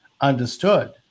understood